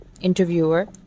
Interviewer